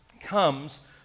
comes